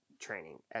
training